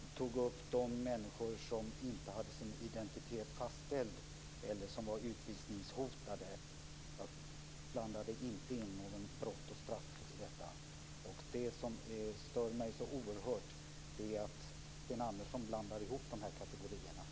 Fru talman! Jag tog upp de människor som inte hade fått sin identitet fastställd eller som var utvisningshotade. Jag blandade inte in brott och straff i detta. Det som stör mig så oerhört mycket är att Sten Anderson blandar ihop dessa kategorier.